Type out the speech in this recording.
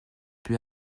peu